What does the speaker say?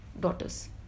daughters